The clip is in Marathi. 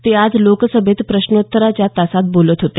ते आज लोकसभेत प्रश्नोत्तराच्या तासात बोलत होते